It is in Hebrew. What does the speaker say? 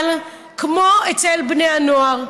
אבל כמו אצל בני הנוער,